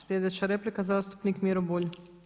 Sljedeća replika, zastupnik Miro Bulj.